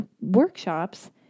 workshops